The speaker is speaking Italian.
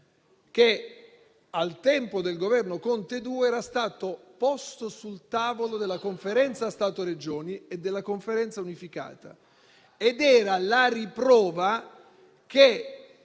che al tempo del Governo Conte II era stato posto sul tavolo della Conferenza Stato-Regioni e della Conferenza unificata ed era la riprova che